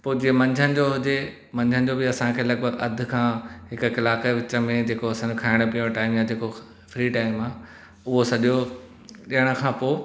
पोइ जीअं मंझंदि जो हुजे मंझंदि जो बि असां खे लॻिभॻ अधु खां हिक कलाक जे विच में जेको असां खे खाइण पीअण जो टाइम या जेको फ़्री टाइम आहे उहो सॼो ॾियण खां पोइ